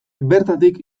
bertatik